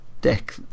deck